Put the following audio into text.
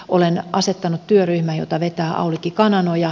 olen asettanut työryhmän jota vetää aulikki kananoja